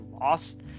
lost